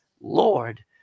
Lord